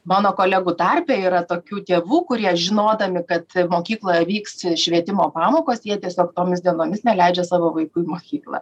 mano kolegų tarpe yra tokių tėvų kurie žinodami kad mokykloje vyks švietimo pamokos jie tiesiog tomis dienomis neleidžia savo vaikų į mokyklą